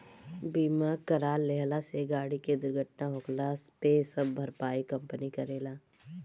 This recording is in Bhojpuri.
बीमा करा लेहला से गाड़ी के दुर्घटना होखला पे सब भरपाई कंपनी करेला